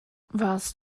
warst